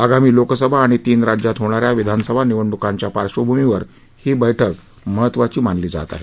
आगामी लोकसभा आणि तीन राज्यात होणा या विधानसभा निवडणुकांच्या पार्श्वभूमीवर ही बैठक महत्वाची मानली जात आहे